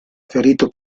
ferito